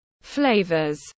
flavors